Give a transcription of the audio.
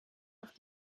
auf